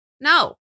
No